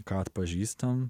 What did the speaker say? ką atpažįstam